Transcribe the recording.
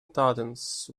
totems